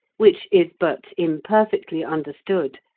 which is but imperfectly understood,